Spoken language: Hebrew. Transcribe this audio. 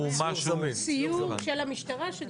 סיור של המשטרה.